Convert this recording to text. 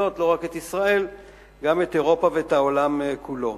שמסכנות לא רק את ישראל אלא גם את אירופה ואת העולם כולו.